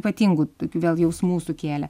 ypatingų vėl jausmų sukėlė